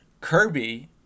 Kirby